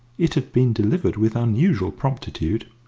it had been delivered with unusual promptitude!